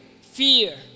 fear